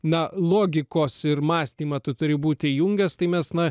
na logikos ir mąstymą tu turi būti jungęs tai mes na